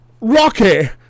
Rocky